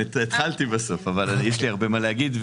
התחלתי בסוף אבל יש לי הרבה מה להגיד,